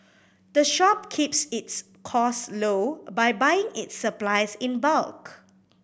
the shop keeps its cost low by buying its supplies in bulk